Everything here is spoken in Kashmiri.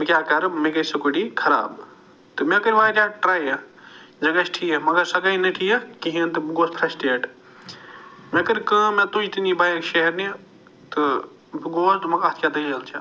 بہٕ کیٛاہ کَرٕ مےٚ گٔے سِکیٛوٗٹی خراب تہٕ مےٚ کٔر وارِیاہ ٹرٛایہِ یہِ گَژھِ ٹھیٖک مگر سۄ گٔے نہٕ ٹھیٖک کِہیٖنٛۍ تہٕ بہٕ گوس فرٛیسٹیٹ مےٚ کٔر کٲم مےٚ تُج تہٕ نی بایِک شیرنہِ تہٕ بہٕ گوس دوٚپمکھ اتھ کیٛاہ دٔلیٖل چھِ